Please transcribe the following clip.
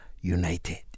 United